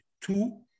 two